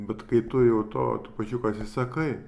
bet kai tu jau to trupučiuką atsisakai